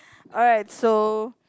alright so